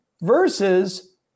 versus